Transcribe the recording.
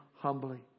Humbly